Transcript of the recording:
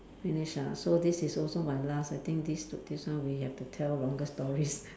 finish ah so this is also my last I think this to this one we have to tell longer stories